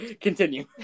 Continue